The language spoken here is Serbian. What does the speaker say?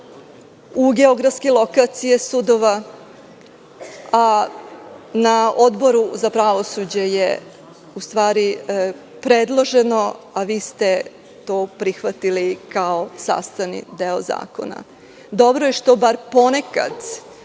u geografske lokacije sudova, a na Odboru za pravosuđe je, u stvari predloženo, a vi ste to prihvatili kao sastavni deo zakona. Dobro je što bar ponekad